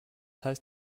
heißt